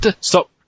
Stop